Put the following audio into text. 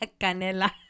Canela